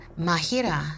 Mahira